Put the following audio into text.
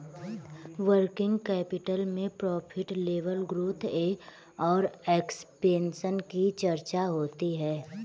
working capital में profit level growth और expansion की चर्चा होती है